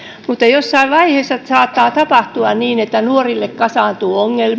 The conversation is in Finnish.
mutta jossain vaiheessa saattaa tapahtua niin että nuorille kasaantuu ongelmia